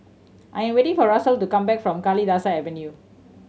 I am waiting for Russel to come back from Kalidasa Avenue